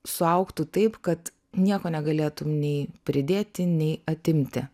suaugtų taip kad nieko negalėtum nei pridėti nei atimti